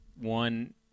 one